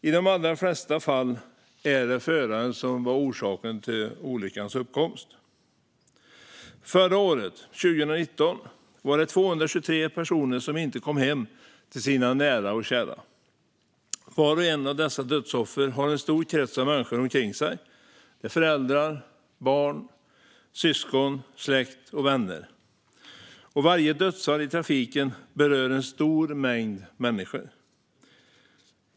I de allra fall var det föraren som orsakat olyckan. Förra året, 2019, var det 223 personer som inte kom hem till sina nära och kära. Vart och ett av dessa dödsoffer har en stor krets av människor omkring sig: föräldrar, barn, syskon, släkt och vänner. Varje dödsfall i trafiken berör en stor mängd människor.